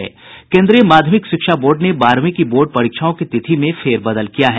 केन्द्रीय माध्यमिक शिक्षा बोर्ड ने बारहवीं की बोर्ड परीक्षाओं की तिथि में फेरबदल किया है